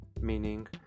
Meaning